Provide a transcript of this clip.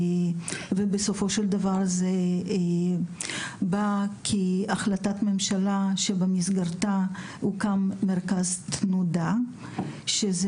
ובסופו של דבר זה בא כהחלטת ממשלה שבמסגרתה הוקם מרכז תנודה שזה